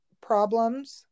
problems